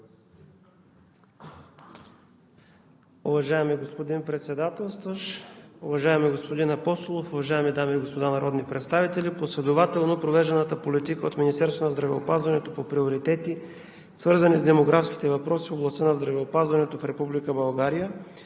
Уважаеми господин Председателстващ, уважаеми господин Апостолов, уважаеми дами и господа народни представители! Последователно провежданата политика от Министерството на здравеопазването по приоритети, свързани с демографските въпроси в областта на здравеопазването в Република